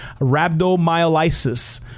rhabdomyolysis